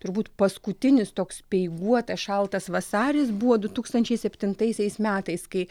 turbūt paskutinis toks speiguotas šaltas vasaris buvo du tūkstančiai septintaisiais metais kai